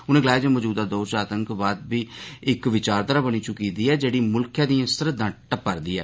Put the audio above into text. उनें गलाया जे मजूदा दौर च आतंकवाद बी इक विचारघारा बनी चुकी दी ऐ जेह्ड़ी मुल्खै दियां सरहदां टप्पा करदी ऐ